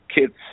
kids